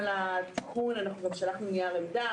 אני יושבת-ראש ועדת ביטוח לאומי ארצי של לשכת עורכי הדין.